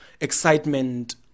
excitement